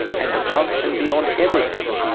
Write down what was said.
and above and beyond everything,